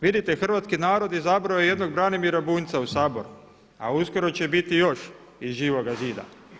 Vidite, hrvatski narod je izabrao jednog Branimira Bunjca u Sabor, a uskoro će ih biti još iz Živoga zida.